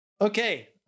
okay